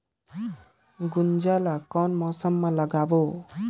गुनजा ला कोन मौसम मा लगाबो?